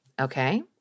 okay